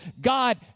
God